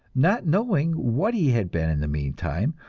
not knowing what he had been in the meantime,